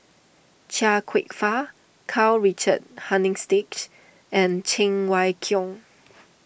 Chia Kwek Fah Karl Richard Hanitsch and Cheng Wai Keung